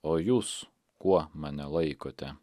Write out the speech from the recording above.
o jūs kuo mane laikote